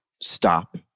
stop